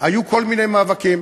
היו כל מיני מאבקים,